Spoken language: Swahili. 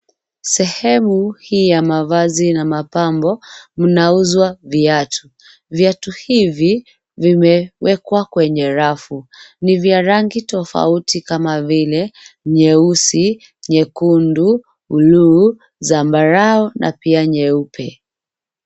Sehemu hii yav mavazi na mapambo kunauzwa viatu, viatu hivi vimewekwa kwenye rafu ni vya rangi tofauti kama vile nyeusi, nyekundu, bluu, zambarau na pia nyeupe.